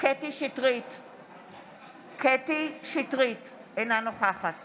קטי קטרין שטרית, אינה נוכחת